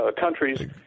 countries